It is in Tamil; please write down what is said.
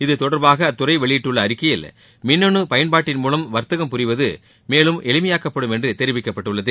இத்தொடர்பாக அத்துறை வெளியிட்டுள்ள அறிக்கையில் மின்னனு பயன்பாட்டின் மூவம் வர்த்தகம் புரிவது மேலும் எளிமையாக்கப்படும் என்று தெரிவிக்கப்பட்டுள்ளது